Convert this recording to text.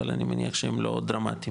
אבל אני מניח שהם לא דרמטיים